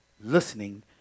listening